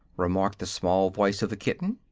remarked the small voice of the kitten,